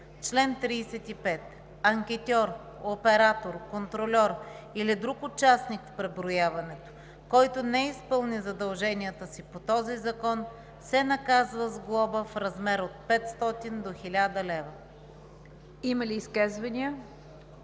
„Чл. 35. Анкетьор, оператор, контрольор или друг участник в преброяването, който не изпълни задълженията си по този закон, се наказва с глоба в размер от 500 до 1000 лв.“ ПРЕДСЕДАТЕЛ